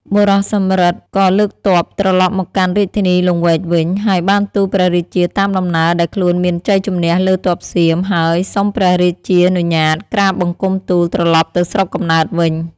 បុរសសំរិទ្ធក៏លើកទ័ព ត្រឡប់មកកាន់រាជធានីលង្វែកវិញ ហើយបានទូលព្រះរាជាតាមដំណើរដែលខ្លួនមានជ័យជម្នះលើទ័ពសៀម ហើយសុំព្រះរាជានុញ្ញាតក្រាបបង្គំទូលត្រឡប់ទៅស្រុកកំណើតវិញ ។